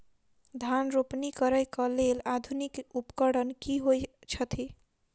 धान रोपनी करै कऽ लेल आधुनिक उपकरण की होइ छथि?